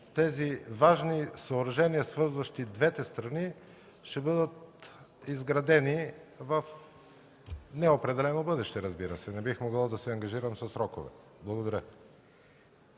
тези важни съоръжения, свързващи двете страни, ще бъдат изградени в неопределено бъдеще, разбира се. Не бих могъл да се ангажирам със срокове. Благодаря.